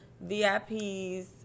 VIP's